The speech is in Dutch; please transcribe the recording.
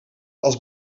als